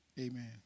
Amen